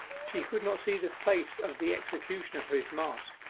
she could not see the face of the executioner for his mask,